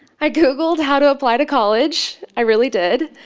i googleed how to apply to college, i really did.